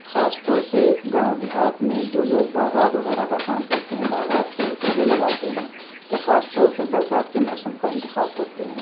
خاص طور سے گاؤں دیہات میں جو لوگ باغات وغیرہ کا کام کرتے ہیں باغات پیڑ پودے لگاتے ہیں تو خاص طور سے برسات کے موسم کا انتخاب کرتے ہیں